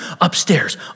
upstairs